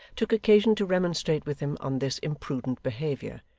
took occasion to remonstrate with him on this imprudent behaviour,